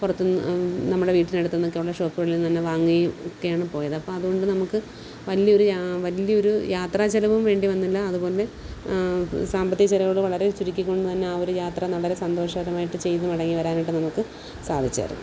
പുറത്ത് നിന്ന് നമ്മുടെ വീട്ടിന് അടുത്ത് നിന്നൊക്കെയുള്ള ഷോപ്പുകളിന്നന്നെ വാങ്ങുകയും ഒക്കെയാണ് പോയത് അപ്പം അതുകൊണ്ട് നമുക്ക് വലിയ ഒരു യാത്ര വലിയ ഒരു യാത്രാ ചിലവും വേണ്ടി വന്നില്ല അതുപോലെ തന്നെ സാമ്പത്തിക ചിലവുകൾ വളരെ ചുരുക്കിക്കൊണ്ടുതന്നെ ആ ഒരു യാത്ര വളരെ സന്തോഷകരമായിട്ട് ചെയ്തു മടങ്ങി വരാനായിട്ട് നമുക്ക് സാധിച്ചായിരുന്നു